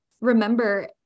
remember